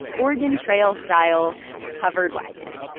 oregon trail-style covered wagon.